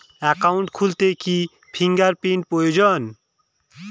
Account খুলতে কি fingerprint প্রয়োজন?